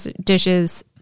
dishes